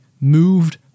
moved